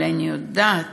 אבל אני יודעת